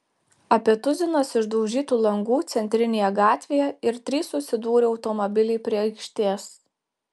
apie tuzinas išdaužytų langų centrinėje gatvėje ir trys susidūrę automobiliai prie aikštės